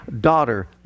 daughter